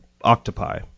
Octopi